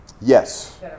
Yes